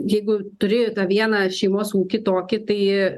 jeigu turi tą vieną šeimos ūkį tokį tai